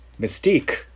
Mystique